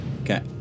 Okay